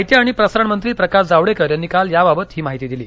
माहिती आणि प्रसारण मंत्री प्रकाश जावडेकर यांनी काल याबाबत माहिती दिली